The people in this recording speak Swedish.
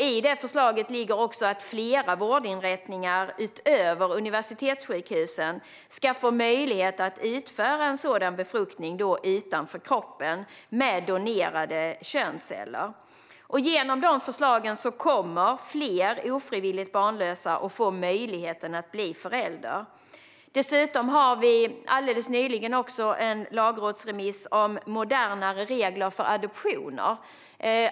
I detta förslag ligger också att flera vårdinrättningar utöver universitetssjukhusen ska få möjlighet att utföra sådan befruktning utanför kroppen med donerade könsceller. Genom dessa förslag kommer fler ofrivilligt barnlösa att få möjlighet att bli föräldrar. Dessutom har vi också en lagrådsremiss om modernare regler för adoption.